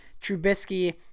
Trubisky